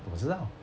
我知道